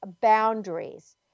boundaries